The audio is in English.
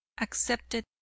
accepted